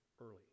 early